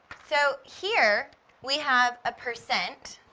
so here we have a percent,